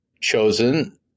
chosen